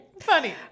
Funny